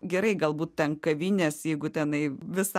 gerai galbūt ten kavinės jeigu tenai visą